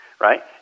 right